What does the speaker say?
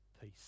peace